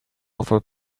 offer